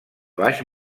baix